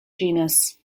genus